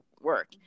work